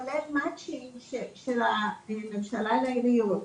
כולל מצ'ינג של הממשלה לעיריות.